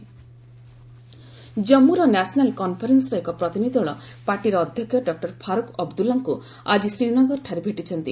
NC delegation ଜମ୍ମର୍ National କନ୍ଫରେନ୍ର ଏକ ପ୍ରତିନିଧ୍ୱ ଦଳ ପାର୍ଟିର ଅଧ୍ୟକ୍ଷ ଡକ୍ଟର ଫାରୁକ୍ ଅବଦୁଲ୍ଲାଙ୍କୁ ଆଜି ଶ୍ରୀନଗରଠାରେ ଭେଟିଛନ୍ତି